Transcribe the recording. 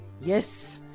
Yes